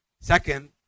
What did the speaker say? Second